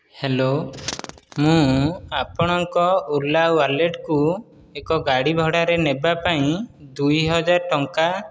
hello ମୁଁ ଆପଣଙ୍କ ଓଲା ୱାଲେଟ୍କୁ ଏକ ଗାଡ଼ି ଭଡ଼ାରେ ନେବାପାଇଁ ଦୁଇହଜାର ଟଙ୍କା